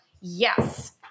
Yes